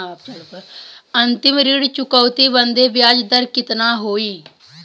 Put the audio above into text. अंतिम ऋण चुकौती बदे ब्याज दर कितना होई?